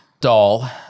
doll